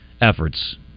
efforts